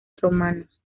romanos